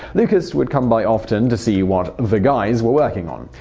lucas would come by often to see what the guys were working on.